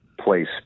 place